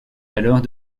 alors